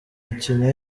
mikino